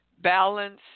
balance